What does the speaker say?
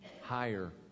higher